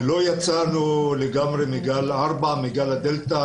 לא יצאנו לגמרי מגל ארבע, מגל הדלתא.